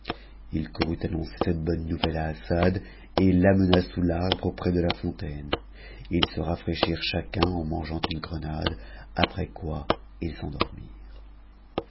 il courut annonfûnt bonne nouvelle à assad et l'amena sous l'arbre près de la e ils se rafraîchirent chacun en mangeant une grenade après s s'endormirent